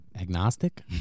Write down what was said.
agnostic